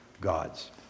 God's